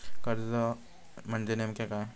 कर्ज म्हणजे नेमक्या काय?